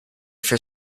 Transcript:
for